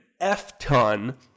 F-ton